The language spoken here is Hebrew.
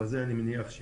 אבל זה, אני מניח,